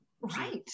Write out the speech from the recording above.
Right